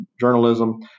journalism